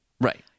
Right